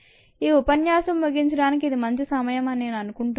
ఈ ఉపన్యాసం ముగించడానికి ఇది మంచి సమయం అని నేను అనుకుంటున్నాను